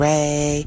Ray